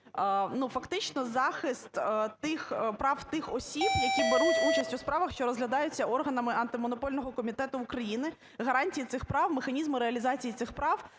фактично захист прав тих осіб, які беруть участь у справах, що розглядаються органами Антимонопольного комітету України, гарантії цих прав, механізми реалізації цих прав